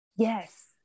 Yes